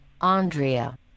Andrea